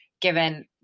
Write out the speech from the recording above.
given